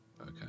Okay